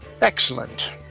Excellent